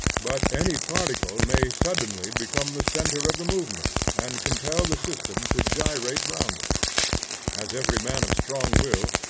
but any particle may suddenly become the centre of the movement and compel the system to gyrate round it as every man of strong will,